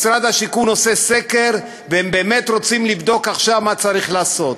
משרד השיכון עושה סקר והם באמת רוצים לבדוק עכשיו מה צריך לעשות.